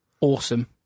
awesome